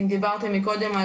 אם דיברתם קודם,